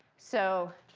so,